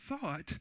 thought